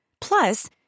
Plus